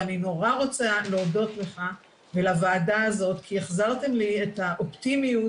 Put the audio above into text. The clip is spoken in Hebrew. אני רוצה להודות לך ולוועדה הזאת כי החזרתם לי את האופטימיות